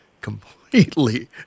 completely